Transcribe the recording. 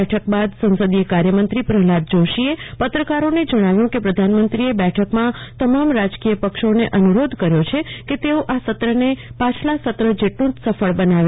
બેઠક બાદ સંસદીય કાર્યમંત્રી પ્રહલાદ જોષીએ પત્રકારોને જણાવ્યું કે પ્રધાનમંત્રીએ બેઠકમાં તમામ રાજકીય પક્ષોને અનુરોધ કર્યો છે કે તેઓ આ સત્રને પાછલા સત્ર જેટલું જ સફળ બનાવે